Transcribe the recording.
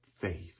faith